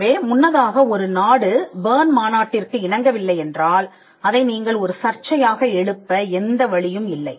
எனவே முன்னதாக ஒரு நாடு பெர்ன் மாநாட்டிற்கு இணங்கவில்லை என்றால் அதை நீங்கள் ஒரு சர்ச்சையாக எழுப்ப எந்த வழியும் இல்லை